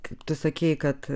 kaip tu sakei kad